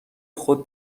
خود